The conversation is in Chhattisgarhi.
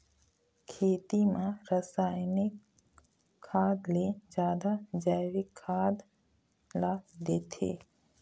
खेती म रसायनिक खाद ले जादा जैविक खाद ला देथे